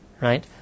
right